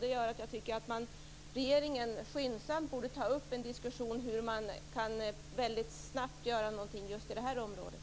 Därför tycker jag att regeringen skyndsamt borde ta upp en diskussion om hur man väldigt snabbt kan göra något i just det här området.